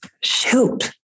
shoot